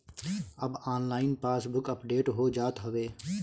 अब online passbook update हो जात हवे